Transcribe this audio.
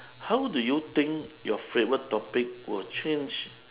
how do you think your favourite topic will change